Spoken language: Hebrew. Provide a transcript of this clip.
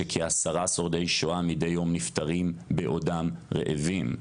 שכעשרה שורדי שואה מידי יום נפטרים בעודם רעבים.